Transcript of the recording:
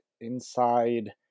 inside